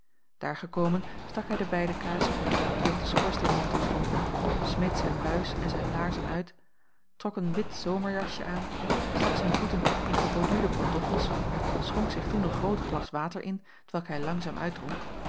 daar gekomen stak hij de beide kaarsen op die op den schoorsteenmantel stonden smeet zijn buis en zijn laarzen uit trok een wit zomerjasje aan stak zijn voeten in geborduurde pantoffels schonk zich toen een groot glas water in t welk hij langzaam